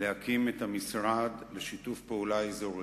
להקים את המשרד לשיתוף פעולה אזורי,